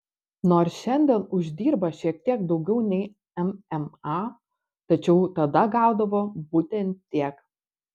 nors šiandien uždirba šiek tiek daugiau nei mma tačiau tada gaudavo būtent tiek